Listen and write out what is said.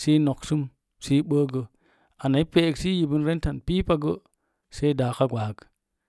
sə i noksum sə i bə anai de'ek sə i yim rentam pipa gə sai áaaka gwaag.